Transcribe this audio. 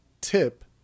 tip